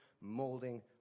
molding